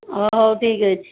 ହଁ ହଉ ଠିକ୍ ଅଛି